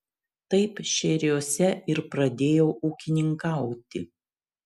taip šėriuose ir pradėjau ūkininkauti